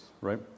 right